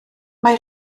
mae